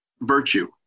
virtue